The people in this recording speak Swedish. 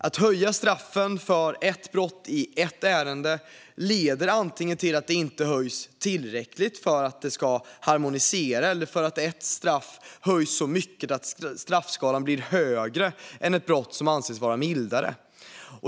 Att höja straffen för ett brott i ett ärende leder antingen till att det inte höjs tillräckligt för att straffen ska harmonisera eller till att ett straff höjs så mycket att straffskalan blir högre än för ett brott som anses vara mildare.